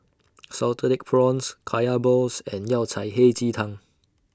Salted Egg Prawns Kaya Balls and Yao Cai Hei Ji Tang